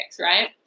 right